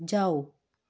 ਜਾਓ